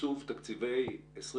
עיצוב תקציבי 2021,